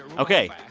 ok.